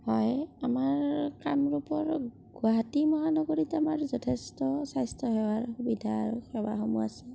হয় আমাৰ কামৰূপৰ গুৱাহাটী মহানগৰীত আমাৰ যথেষ্ট স্বাস্থ্য সেৱাৰ সুবিধা আৰু সেৱাসমূহ আছে